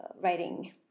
writing